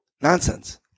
Nonsense